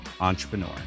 entrepreneur